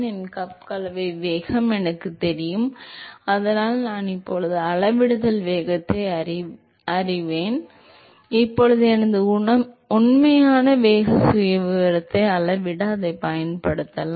எனது கப் கலவை வேகம் எனக்குத் தெரியும் அதனால் நான் இப்போது அளவிடுதல் வேகத்தை அறிவேன் எனவே இப்போது எனது உண்மையான வேக சுயவிவரத்தை அளவிட அதைப் பயன்படுத்தலாம்